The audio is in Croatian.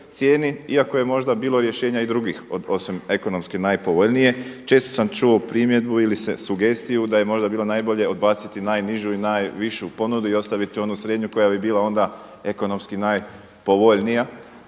cijeni iako je možda bilo rješenja i drugih osim ekonomski napovoljnije, često sam čuo primjedbu ili sugestiju da je možda bilo najbolje odbaciti najnižu i najvišu ponudu i ostaviti onu srednju koja bi bila onda ekonomski najpovoljnija